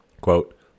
Quote